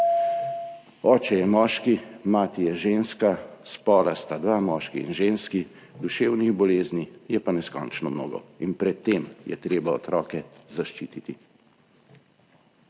oče je moški, mati je ženska, spola sta dva, moški in ženski, duševnih bolezni je pa neskončno mnogo, in pred tem je treba otroke zaščititi.